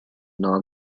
non